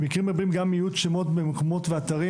במקרים רבים גם איות שמות במקומות ואתרים